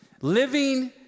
Living